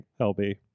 LB